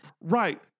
Right